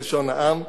בלשון העם.